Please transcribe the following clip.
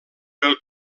pel